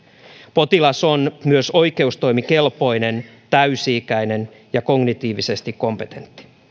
potilas on myös oikeustoimikelpoinen täysi ikäinen ja kognitiivisesti kompetentti